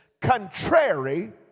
contrary